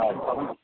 हजुर